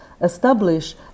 establish